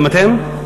גם אתם?